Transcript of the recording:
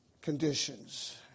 conditions